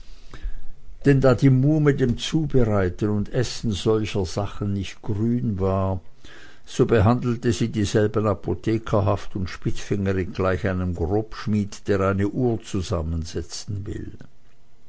denn da die muhme dem zubereiten und essen solcher sachen nicht grün war so behandelte sie dieselben apothekerhaft und spitzfingerig gleich einem grobschmied der eine uhr zusammensetzen will